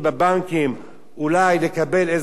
אולי לקבל איזה 0.5% ריבית,